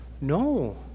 no